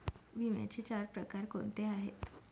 विम्याचे चार प्रकार कोणते आहेत?